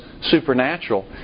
supernatural